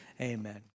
Amen